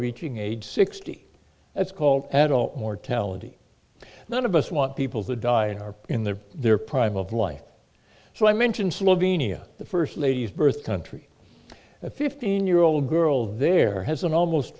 reaching age sixty that's called adult mortality none of us want people to die in our in their their prime of life so i mentioned slovenia the first lady's birth country a fifteen year old girl there has an almost